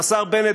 השר בנט,